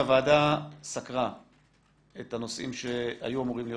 הוועדה סקרה את הנושאים שהיו אמורים להיות